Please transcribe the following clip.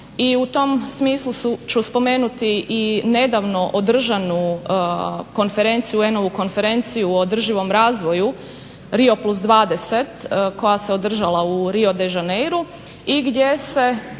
i u tom smislu ću spomenuti i nedavno održanu UN-ovu konferenciju o održivom razvoju RIO PLUS 20 koja se održala u Rio de Janeiru i gdje se